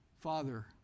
Father